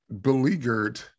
beleaguered